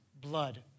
blood